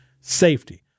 Safety